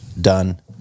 done